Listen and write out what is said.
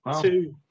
two